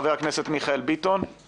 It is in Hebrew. חבר הכנסת מיכאל ביטון, בבקשה.